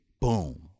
Boom